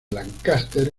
lancaster